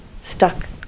stuck